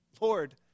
Lord